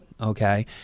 Okay